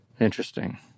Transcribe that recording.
Interesting